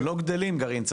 הם לא גדלים, גרעין צבר.